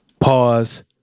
Pause